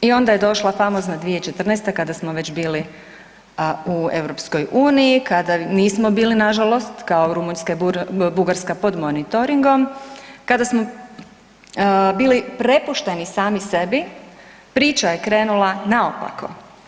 I onda je došla famozna 2014. kada smo već bili u EU, kada nismo bili nažalost kao Rumunjska i Bugarska pod monitoringom, kada smo bili prepušteni sami sebi priča je krenula naopako.